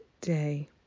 day